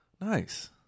Nice